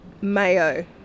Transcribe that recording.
Mayo